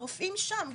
הרופאים שם,